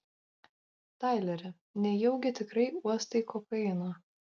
taileri nejaugi tikrai uostai kokainą